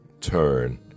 turn